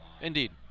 Indeed